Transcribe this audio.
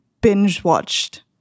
binge-watched